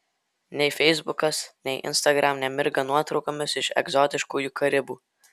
nei feisbukas nei instagram nemirga nuotraukomis iš egzotiškųjų karibų